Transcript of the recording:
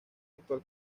actual